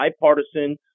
bipartisan